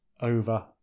over